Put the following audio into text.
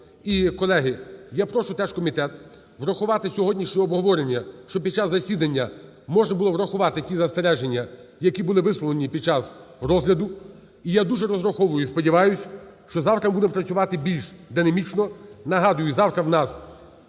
І колеги, я прошу теж комітет врахувати сьогоднішнє обговорення, щоб під час засідання можна було врахувати ті застереження, які були висловлені під час розгляду. І я дуже розраховую, і сподіваюсь, що завтра будемо працювати більш динамічно.